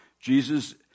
Jesus